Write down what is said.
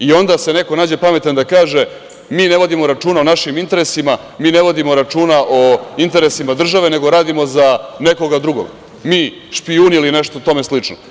I onda neko se nađe pametan da kaže – mi ne vodimo računa o našim interesima, mi ne vodimo računa o interesima države, nego radimo za nekoga drugo, mi, špijuni ili nešto tome slično.